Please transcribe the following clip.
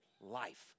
life